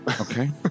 Okay